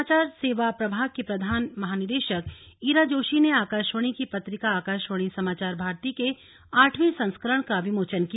समाचार सेवा प्रभाग की प्रधान महानिदेशक ईरा जोशी ने आकाशवाणी की पत्रिका आकाशवाणी समाचार भारती के आठवें संस्करण का विमोचन किया